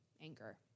anger